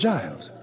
Giles